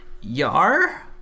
Yar